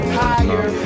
higher